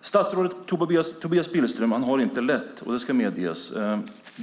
Statsrådet Tobias Billström har det inte lätt, det ska medges.